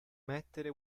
mettere